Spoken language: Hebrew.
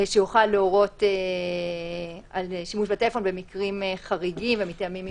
שיוכל להורות על שימוש בטלפון במקרים חריגים ומטעמים מיוחדים.